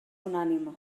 unànime